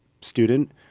student